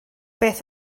beth